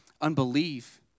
unbelief